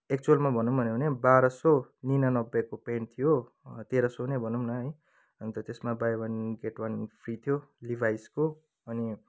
एक्चुवलमा भनौँ भन्यो भने बाह्र सय निनानब्बेको पेन्ट थियो तेह्र सय नै भनौँ न है अन्त त्यसमा buy one get one free थियो लिभाइसको अनि